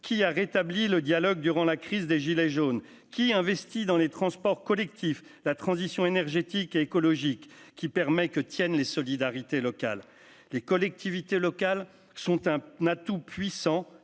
qui a rétabli le dialogue durant la crise des gilets jaunes qui investit dans les transports collectifs, la transition énergétique et écologique qui permet que tiennent les solidarités locales, les collectivités locales sont un atout puissant